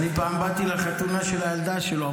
פעם באתי לחתונה של הילדה שלו.